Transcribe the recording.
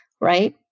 right